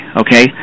okay